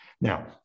Now